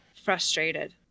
frustrated